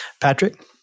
Patrick